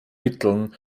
mitteln